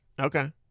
Okay